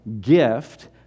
gift